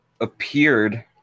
appeared